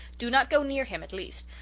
do not go near him, at least.